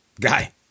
Guy